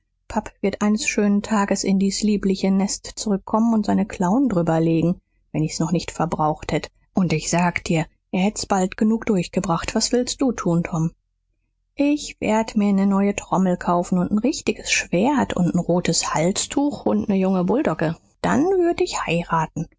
wird eines schönen tags in dies liebliche nest zurückkommen und seine klauen drüber legen wenn ich's noch nicht verbraucht hätt und ich sag dir er hätt's bald genug durchgebracht was willst du tun tom ich werd mir ne neue trommel kaufen und n richtiges schwert und n rotes halstuch und ne junge bulldogge und dann würd ich heiraten